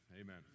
Amen